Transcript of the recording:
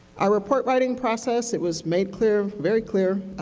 our report writing process, it was made clear, very clear,